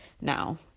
now